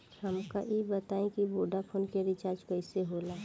हमका ई बताई कि वोडाफोन के रिचार्ज कईसे होला?